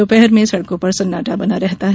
दोपहर में सड़कों पर सन्नाटा बना रहता है